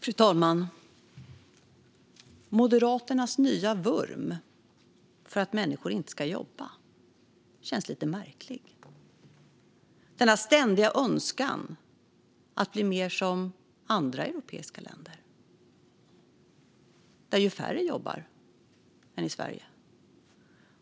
Fru talman! Moderaternas nya vurm för att människor inte ska jobba känns lite märklig - denna ständiga önskan att bli mer som andra europeiska länder, där ju färre jobbar än i Sverige.